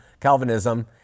Calvinism